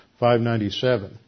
597